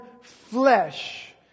flesh